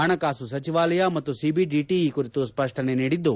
ಹಣಕಾಸು ಸಚಿವಾಲಯ ಮತ್ತು ಸಿಬಿಡಿಟ ಈ ಕುರಿತು ಸ್ವಷ್ನನೆ ನೀಡಿದ್ದು